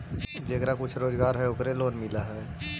जेकरा कुछ रोजगार है ओकरे लोन मिल है?